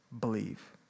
believe